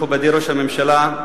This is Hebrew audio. מכובדי ראש הממשלה,